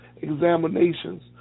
examinations